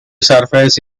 surface